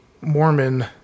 Mormon